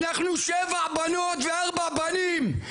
אנחנו שבע בנות וארבעה בנים,